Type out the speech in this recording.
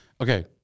okay